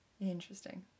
Interesting